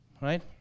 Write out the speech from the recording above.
right